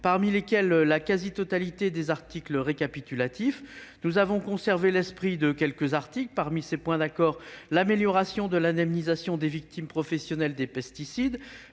parmi lesquels la quasi-totalité des articles récapitulatifs. Nous avons conservé l'esprit de nombreux autres articles. Parmi ces points d'accord figurent l'amélioration de l'indemnisation des victimes professionnelles de pesticides,